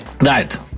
right